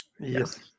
yes